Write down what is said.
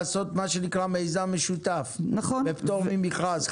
לעשות מה שנקרא מיזם משותף בפטור ממכרז,